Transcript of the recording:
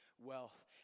wealth